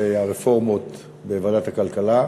לגבי הרפורמות בוועדת הכלכלה.